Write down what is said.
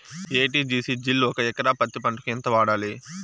ఎ.టి.జి.సి జిల్ ఒక ఎకరా పత్తి పంటకు ఎంత వాడాలి?